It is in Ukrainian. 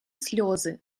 сльози